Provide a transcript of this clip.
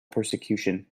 persecution